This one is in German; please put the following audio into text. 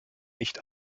nicht